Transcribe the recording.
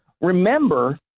remember